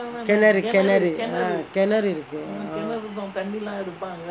கிணறு இருக்கு:kinaru irukku